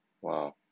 wow